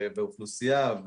אוכלוסייה,